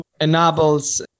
enables